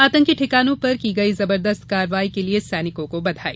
आतंकी ठिकानों पर की गई जबरदस्त कार्यवाही के लिए सैनिकों को बधाई